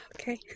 Okay